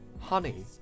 Honey